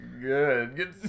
Good